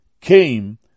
came